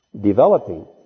developing